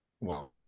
Wow